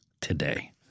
today